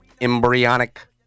embryonic